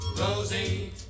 Rosie